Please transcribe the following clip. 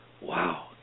wow